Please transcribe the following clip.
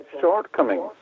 shortcomings